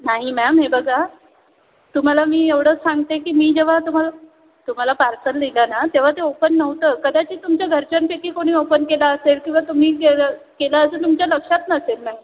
नाही मॅम हे बघा तुम्हाला मी एवढंस् सांगते की मी जेव्हा तुम्हाला तुम्हाला पार्सल दिलं ना तेव्हा ते ओपन नव्हतं कदाचित तुमच्या घरच्यांपैकी कोणी ओपन केला असेल किंवा तुम्ही केलं केलं असेल तुमच्या लक्षात नसेल मॅम